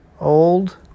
old